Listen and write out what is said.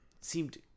seemed